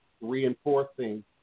reinforcing